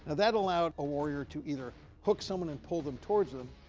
ah that allowed a warrior to either hook someone and pull them towards them,